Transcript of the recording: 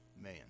man